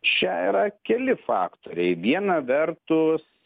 čia yra keli faktoriai viena vertus